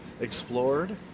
explored